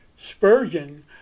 Spurgeon